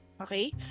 Okay